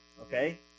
Okay